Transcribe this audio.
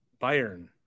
Bayern